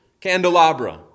candelabra